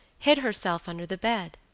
hid herself under the bed.